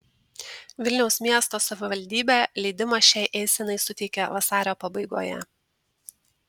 vilniaus miesto savivaldybė leidimą šiai eisenai suteikė vasario pabaigoje